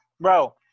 Bro